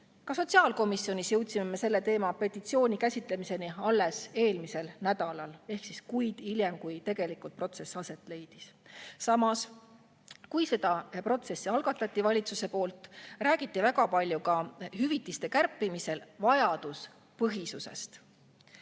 Ka sotsiaalkomisjonis jõudsime selle teema, petitsiooni käsitlemiseni alles eelmisel nädalal ehk kuid hiljem, kui tegelikult protsess aset leidis. Samas, kui valitsus selle protsessi algatas, räägiti väga palju ka hüvitiste kärpimisel vajaduspõhisusest.